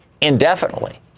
indefinitely